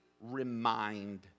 remind